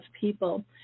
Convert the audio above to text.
people